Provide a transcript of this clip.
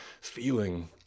feeling